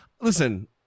Listen